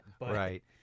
Right